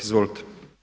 Izvolite.